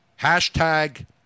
Hashtag